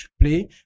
play